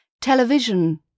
Television